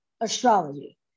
astrology